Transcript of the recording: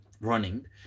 running